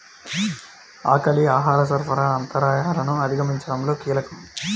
ఆకలి ఆహార సరఫరా అంతరాయాలను అధిగమించడంలో కీలకం